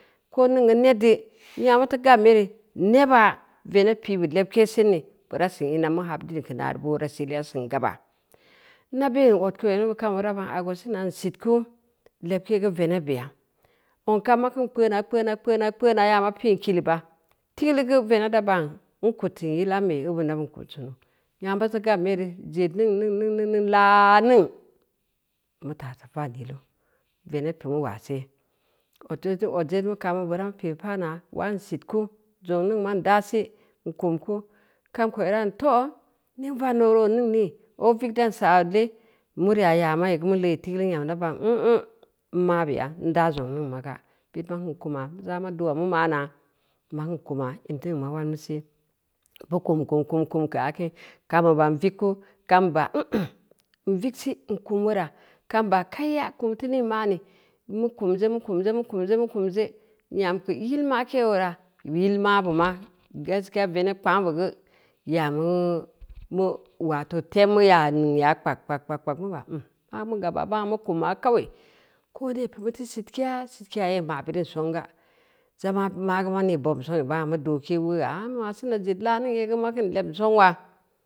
Ko ningn geu ned di, nyengna mu teu gam yere neba veneb pi’bu lebke sindeu, bura sin ina mu habdin keu nare boora seel yabu reu sin gaba. Naben odkuvd gambira a aa sina n sitku, lebke geu veneb beya, too kam meu kin kpeuna, kpeuna, kpeuna, kpeuna yama piin kileu ba, tigeulu geu veneb da ban n kud sin yil ambei, abina bin kud sunu, nyengna buteu gane yere zed ningn, ningn, ningn, ningn laaningn, mu ta van yila, veneb pi’ma waa see, buteu mu odjed mu kaaw bid bura mu pireu paan waa n sitku, zong ningn ma n daa si, n kumku, kamko ira ban too, neng vando reu oo ningni? Oo vig dan saa odle, marya yaa mai mu leui tigeulu geu nyam da ban nm nm, n maabeya, ndaa zongn ningn ma ga, bid ba kin kuma, za’ ma dua mu ma’na makin kuma, in teun ma walmu see, bu kum kum kum kum kaa kin, kaw bub a n vigka, kam buba, n vigsi, n kum weura, kam ba kaiya kum neu nii ma’ne? Mu kuwje, mu kumje, mu kuwje, mu kuwje, nyam keu yilma ke oora, yil mabuma, gaskiya veneb kpangnu be guy a mu wa ted temmu yaa nuu ya kpag, kpag, kpag, kpag. mu ba nm, ma mu gabba bangna mu kumma kawai, ko nel pi’ muteu sitkega, sitkega yee ma’ bireun songa za’ magu ma nii bobm songneu bangna ma dooke meuya, mu ma’ sina zed laa-ningn yee geu makin lebm song wa?